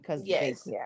Yes